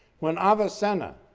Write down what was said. when avicenna,